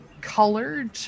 colored